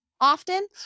often